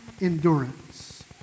endurance